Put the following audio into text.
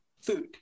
food